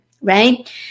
right